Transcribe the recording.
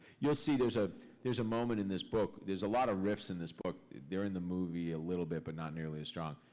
you'll see there's ah there's a moment in this book. there's a lot of riffs in this book. they're in the movie a little bit, but not nearly as strong.